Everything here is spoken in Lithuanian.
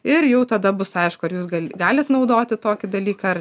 ir jau tada bus aišku ar jūs gal galit naudoti tokį dalyką ar